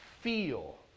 feel